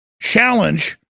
challenge